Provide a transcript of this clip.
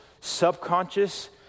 subconscious